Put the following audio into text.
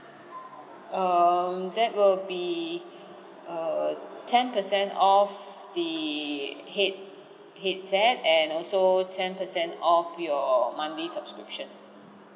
um that will be err ten percent off the head headset and also ten percent off your monthly subscription